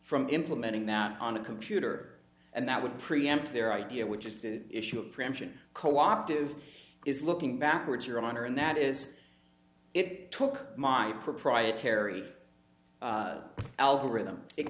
from implementing that on a computer and that would preempt their idea which is the issue of preemption co operative is looking backwards your honor and that is it took my proprietary algorithm it